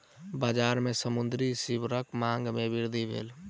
बजार में समुद्री सीवरक मांग में वृद्धि भेल